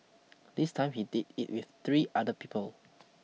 this time he did it with three other people